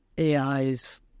AIs